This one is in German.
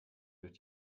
durch